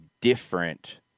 different